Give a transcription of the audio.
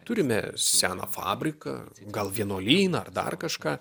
turime seną fabriką gal vienuolyną ar dar kažką